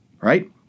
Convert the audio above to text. Right